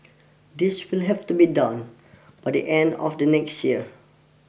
this will have to be done by the end of the next year